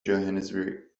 johannesburg